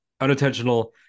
unintentional